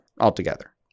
altogether